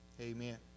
Amen